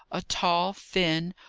a tall, thin,